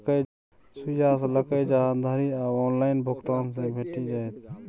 सुईया सँ लकए जहाज धरि आब ऑनलाइन भुगतान सँ भेटि जाइत